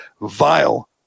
vile